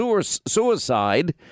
suicide